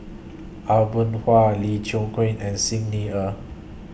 Aw Boon Haw Lee Chiaw Queen and Xi Ni Er